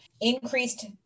increased